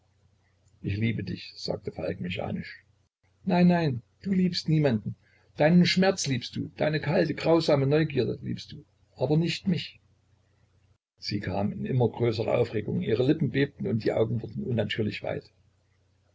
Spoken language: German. ich liebe dich sagte falk mechanisch nein nein du liebst niemanden deinen schmerz liebst du deine kalte grausame neugierde liebst du aber nicht mich sie kam in immer größere aufregung ihre lippen bebten und die augen wurden unnatürlich weit